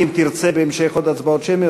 אם תרצה בהמשך עוד הצבעות שמיות,